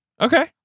Okay